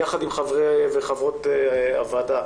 יחד עם חברי וחברות הוועדה,